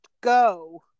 go